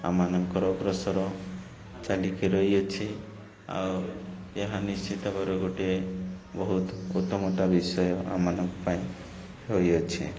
ଆମମାନଙ୍କର ଅଗ୍ରସର ଚାଲିକି ରହିଅଛି ଆଉ ଏହା ନିଶ୍ଚିତ ଭାବରେ ଗୋଟିଏ ବହୁତ ଗତମତା ବିଷୟ ଆମମାନଙ୍କ ପାଇଁ ହୋଇଅଛି